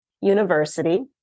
university